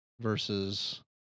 versus